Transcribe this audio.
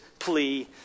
Plea